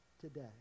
today